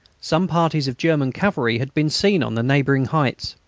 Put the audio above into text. some parties of german cavalry had been seen on the neighbouring heights.